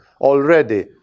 already